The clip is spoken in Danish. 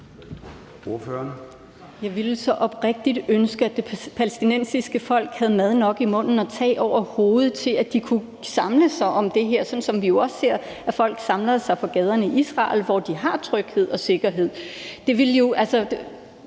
Jeg ville så oprigtigt ønske, at det palæstinensiske folk havde tag over hovedet og mad nok til, at de kunne samle sig om det her, sådan som vi jo også ser at folk samler sig på gaderne i Israel, hvor de har tryghed og sikkerhed.